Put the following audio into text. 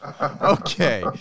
Okay